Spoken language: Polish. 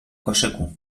koszyku